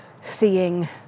seeing